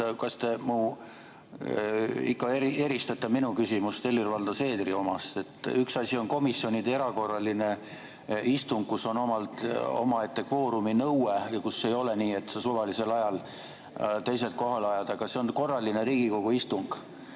Kas te ikka eristate minu küsimust Helir-Valdor Seederi omast? Üks asi on komisjonide erakorraline istung, kus on omaette kvoorumi nõue ja kus ei ole nii, et saad suvalisel ajal inimesed kohale ajada, aga see on korraline Riigikogu istung